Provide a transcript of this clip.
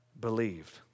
believed